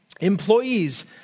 Employees